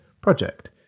project